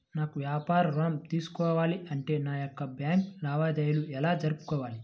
నాకు వ్యాపారం ఋణం తీసుకోవాలి అంటే నా యొక్క బ్యాంకు లావాదేవీలు ఎలా జరుపుకోవాలి?